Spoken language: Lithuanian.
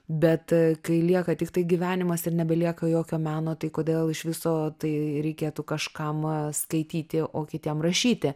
bet kai lieka tiktai gyvenimas ir nebelieka jokio meno tai kodėl iš viso tai reikėtų kažkam skaityti o kitiem rašyti